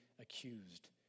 accused